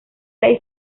ley